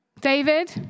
David